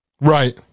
Right